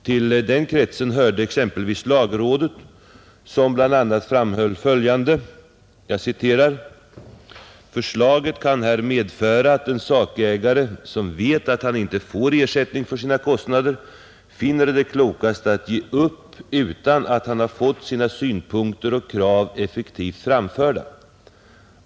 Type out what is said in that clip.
Till den kretsen hörde' exempelvis lagrådet som bl.a. framhöll följande: ”Förslaget kan här medföra att en sakägare, som vet att han inte får ersättning för sina kostnader, finner det klokast att ge upp, utan att ha fått sina synpunkter och krav effektivt framförda.